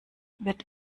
wird